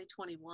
2021